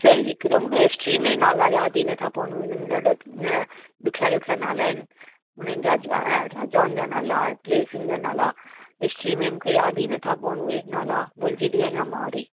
sir हिकिड़ो मूंखे history में नाला यादि ई नथा पवनि हुन में ॾाढो ॾुखिया ॾुखिया नाला आहिनि हुननि जा राजाउनि जा नाला ऐं प्लेसुनि जा नाला हिस्ट्री में मूंखे यादि ई नथा पवनि उहे नाला भुलिजी थी वञा मां वरी